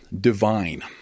divine